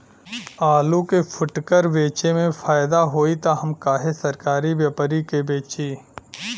आलू के फूटकर बेंचले मे फैदा होई त हम काहे सरकारी व्यपरी के बेंचि?